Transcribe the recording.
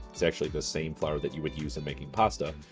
it's actually the same flour that you would use in making pasta,